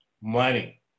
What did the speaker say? money